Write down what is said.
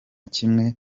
kimwe